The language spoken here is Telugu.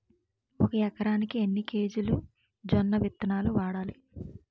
ఒక ఎకరానికి ఎన్ని కేజీలు జొన్నవిత్తనాలు వాడాలి?